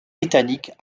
britanniques